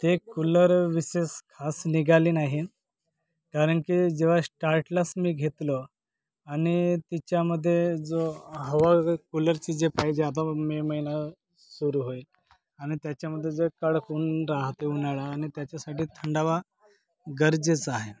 ते कूलर विशेष खास निघाली नाही कारण की जेव्हा श्टाटलाच मी घेतलं आणि तिच्यामध्ये जो हवा कूलरची जे पाहिजे आता मे महिना सुरू होईल आणि त्याच्यामध्ये जे कडक ऊन राहते उन्हाळा आणि त्याच्यासाठी थंडावा गरजेचं आहे